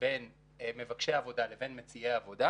בין מבקשי עבודה לבין מציעי עבודה.